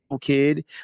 kid